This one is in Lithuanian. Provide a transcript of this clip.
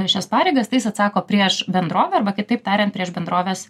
šias pareigas tai jis atsako prieš bendrovę arba kitaip tariant prieš bendrovės